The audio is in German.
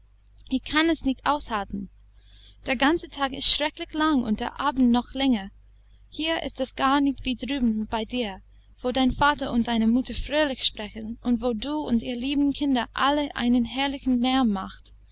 ich kann es nicht aushalten der ganze tag ist schrecklich lang und der abend noch länger hier ist es gar nicht wie drüben bei dir wo dein vater und deine mutter fröhlich sprechen und wo du und ihr lieben kinder alle einen herrlichen lärm macht